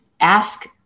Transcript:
ask